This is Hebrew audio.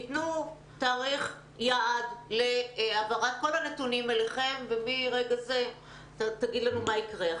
תיתנו תאריך יעד להעברת כל הנתונים אליכם ומרגע זה תגיד לנו מה יקרה.